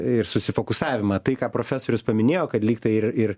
ir susifokusavimą tai ką profesorius paminėjo kad lygtai ir ir